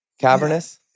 cavernous